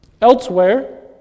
Elsewhere